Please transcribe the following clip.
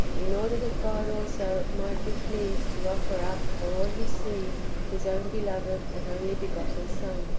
in order that god also might be pleased to offer up for all his seed his own beloved and only-begotten son,